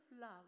love